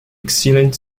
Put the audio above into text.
excellent